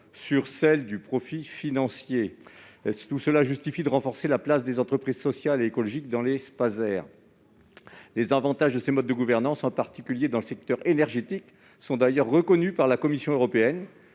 que celle de profits financiers, justifie de renforcer la place des entreprises sociales et écologiques dans les Spaser. Les avantages de ces modes de gouvernance, en particulier dans le secteur énergétique, sont d'ailleurs reconnus par la Commission européenne,